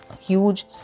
huge